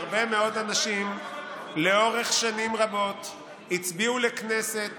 הרבה מאוד אנשים לאורך שנים רבות הצביעו לכנסת